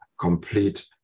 complete